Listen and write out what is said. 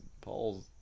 Paul's